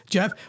Jeff